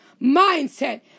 mindset